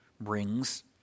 brings